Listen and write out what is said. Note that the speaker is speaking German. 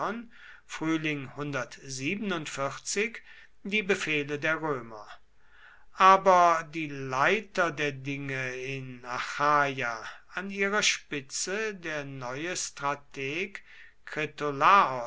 die befehle der römer aber die leiter der dinge in achaia an ihrer spitze der neue strateg